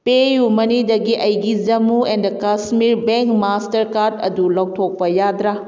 ꯄꯦꯌꯨꯃꯅꯤꯗꯒꯤ ꯑꯩꯒꯤ Jammu and Kashmir bank master card ꯑꯗꯨ ꯂꯧꯊꯣꯛꯄ ꯌꯥꯗ꯭ꯔꯥ